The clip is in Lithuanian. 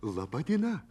laba diena